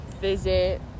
visit